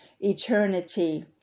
eternity